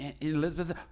Elizabeth